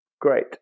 Great